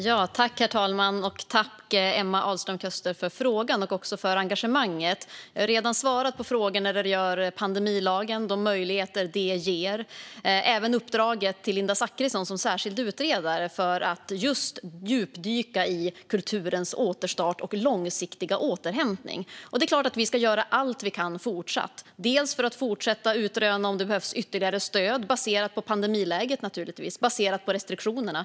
Herr talman! Tack, Emma Ahlström Köster, för frågan och också för engagemanget! Jag har redan svarat på frågor som rör pandemilagen och de möjligheter den ger. Vi har även gett uppdraget till Linda Zachrison som särskild utredare att djupdyka i kulturens återstart och långsiktiga återhämtning. Det är klart att vi ska fortsätta att göra allt vi kan och fortsätta utreda om det behövs ytterligare stöd, naturligtvis baserat på pandemiläget och restriktionerna.